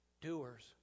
doers